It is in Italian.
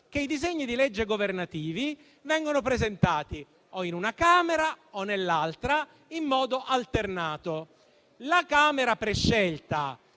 I disegni di legge governativi vengono presentati o in una Camera o nell'altra, in modo alternato. La Camera prescelta